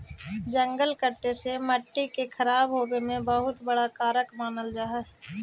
जंगल कटे से मट्टी के खराब होवे में बहुत बड़ा कारक मानल जा हइ